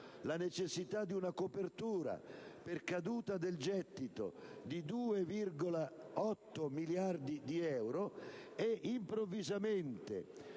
la necessità di una copertura per una caduta del gettito stimata in 2,8 miliardi di euro; improvvisamente,